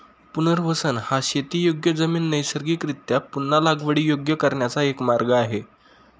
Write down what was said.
पुनर्वसन हा शेतीयोग्य जमीन नैसर्गिकरीत्या पुन्हा लागवडीयोग्य करण्याचा एक मार्ग आहे